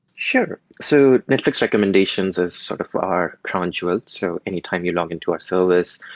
sure. so netflix recommendations is sort of are cron jobs. so anytime you log in to our service,